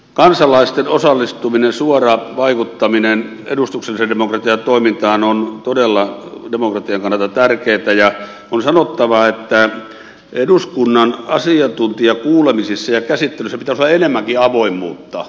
kansalaisten osallistuminen suora vaikuttaminen edustuksellisen demokratian toimintaan on todella demokratian kannalta tärkeää ja on sanottava että eduskunnan asiantuntijakuulemisissa ja käsittelyissä pitäisi olla enemmänkin avoimuutta